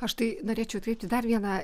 aš tai norėčiau atkreipt į dar vieną